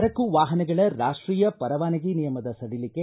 ಸರಕು ವಾಹನಗಳ ರಾಷ್ಟೀಯ ಪರವಾನಗಿ ನಿಯಮದ ಸಡಿಲಿಕೆ